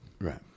Right